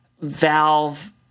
Valve